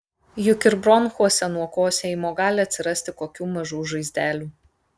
juk ir bronchuose nuo kosėjimo gali atsirasti kokių mažų žaizdelių